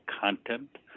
content